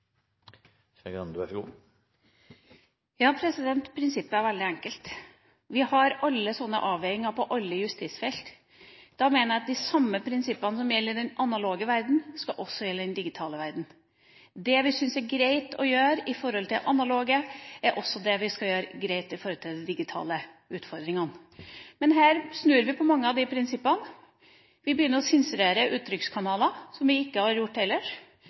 Prinsippet er veldig enkelt. Vi har slike avveininger på alle justisfelt. Da mener jeg at de samme prinsippene som gjelder i den analoge verdenen, også skal gjelde i den digitale verdenen. Det vi syns er greit å gjøre i de analoge utfordringene, er også det som skal være greit å gjøre i de digitale utfordringene. Men her snur vi på mange av de prinsippene, vi begynner å sensurere uttrykkskanaler som vi ikke har gjort